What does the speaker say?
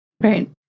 Right